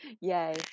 Yay